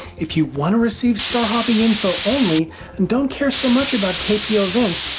if you want to receive star hopping info only and don't care so much about kpo events,